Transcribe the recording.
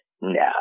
No